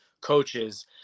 coaches